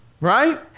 Right